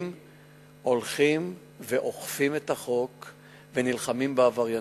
הולכים ואוכפים את החוק ונלחמים בעבריינות,